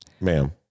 Ma'am